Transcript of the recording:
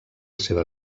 seva